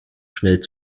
schnell